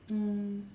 mm